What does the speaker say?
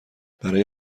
برای